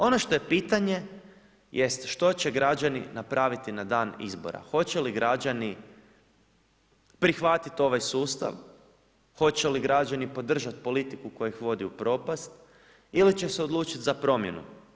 Ono što je pitanje jest što će građani napraviti na dan izbora, hoće li građani prihvatit ovaj sustav, hoće li građani podržat politiku koja ih vodi u propast ili će se odlučit za promjenu.